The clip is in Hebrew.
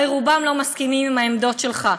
הרי רובם לא מסכימים עם העמדות שלך,